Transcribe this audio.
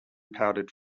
powdered